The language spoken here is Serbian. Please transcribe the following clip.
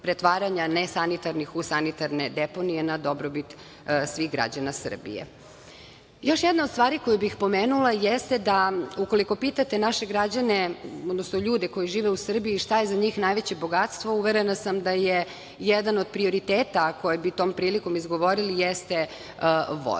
pretvaranja nesanitarnih u sanitarne deponije na dobrobit svih građana Srbije. Još jedna od stvari koju bih pomenula jeste da ukoliko pitate naše građane, odnosno ljude koji žive u Srbiji – šta je za njih najveće bogatstvo? Uverena sam da je jedan od prioriteta koje bi tom prilikom izgovorili jeste voda.